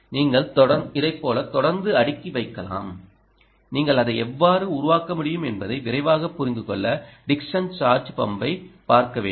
நீங்கள் இதைப் போல தொடர்ந்து அடுக்கி வைக்கலாம் நீங்கள் அதை எவ்வாறு உருவாக்க முடியும் என்பதை விரைவாக புரிந்து கொள்ள டிக்சன் சார்ஜ் பம்பைப் பார்க்க வேண்டும்